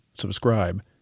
subscribe